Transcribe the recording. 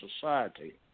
society